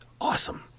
awesome